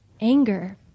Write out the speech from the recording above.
anger